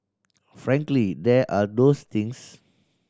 frankly there are those things